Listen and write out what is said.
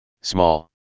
Small